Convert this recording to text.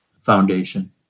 Foundation